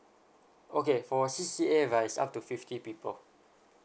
okay for a C_C_A right is up to fifty people